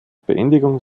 beendigung